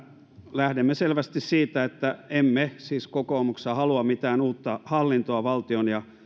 lähdemme selvästi siitä että emme siis kokoomuksessa halua mitään uutta hallintoa valtion ja